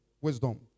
wisdom